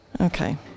Okay